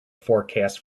forecast